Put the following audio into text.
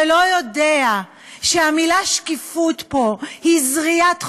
ולא יודע שהמילה שקיפות פה היא זריית חול,